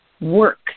work